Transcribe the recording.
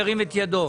ירים את ידו.